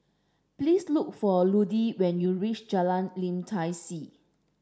please look for Ludie when you reach Jalan Lim Tai See